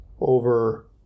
over